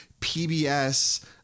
PBS